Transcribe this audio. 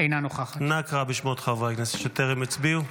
אינה נוכחת אנא קרא בשמות חברי הכנסת שטרם הצביעו.